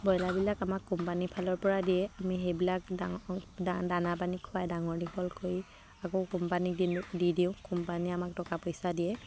ব্ৰইলাৰবিলাক আমাক কোম্পানী ফালৰ পৰা দিয়ে আমি সেইবিলাক দানা পানী খুৱাই ডাঙৰ দীঘল কৰি আকৌ কোম্পানী দি দিওঁ কোম্পানীয়ে আমাক টকা পইচা দিয়ে